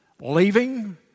leaving